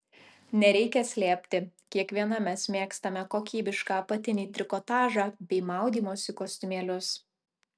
nereikia slėpti kiekviena mes mėgstame kokybišką apatinį trikotažą bei maudymosi kostiumėlius